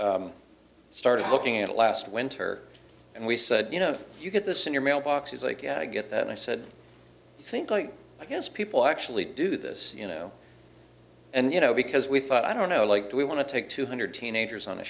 i started looking at last winter and we said you know you get this in your mailbox is like yeah i get that and i said think like i guess people actually do this you know and you know because we thought i don't know like do we want to take two hundred teenagers on